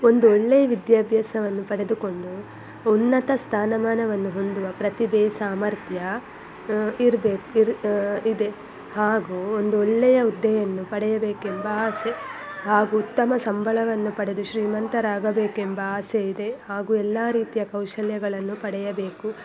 ಹಾಗೂ ಒಂದು ಒಳ್ಳೆಯ ವಿದ್ಯಾಭ್ಯಾಸವನ್ನು ಪಡೆದುಕೊಂಡು ಉನ್ನತ ಸ್ಥಾನಮಾನವನ್ನು ಹೊಂದುವ ಪ್ರತಿಭೆ ಸಾಮರ್ಥ್ಯ ಇರ್ಬೇಕು ಇರ್ ಇದೆ ಹಾಗೂ ಒಂದು ಒಳ್ಳೆಯ ಹುದ್ದೆಯನ್ನು ಪಡೆಯಬೇಕೆಂಬ ಆಸೆ ಹಾಗೂ ಉತ್ತಮ ಸಂಬಳವನ್ನು ಪಡೆದು ಶ್ರೀಮಂತರಾಗಬೇಕೆಂಬ ಆಸೆ ಇದೆ ಹಾಗೂ ಎಲ್ಲ ರೀತಿಯ ಕೌಶಲ್ಯಗಳನ್ನು ಪಡೆಯಬೇಕು